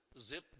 Zip